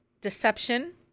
deception